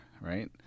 right